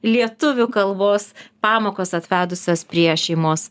lietuvių kalbos pamokos atvedusios prie šeimos